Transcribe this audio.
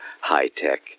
high-tech